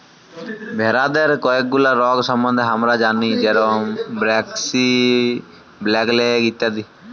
ভেরাদের কয়ে গুলা রগ সম্বন্ধে হামরা জালি যেরম ব্র্যাক্সি, ব্ল্যাক লেগ ইত্যাদি